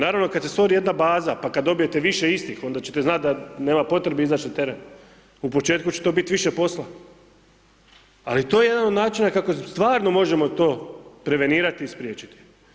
Naravno kad se stvori jedna baza, pa kad dobijete više istih onda ćete znat da nema potrebe izać na teren, u početku će to bit više posla, ali to je jedan od način kako stvarno možemo to prevenirati i spriječiti.